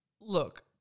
Look